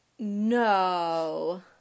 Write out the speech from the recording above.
No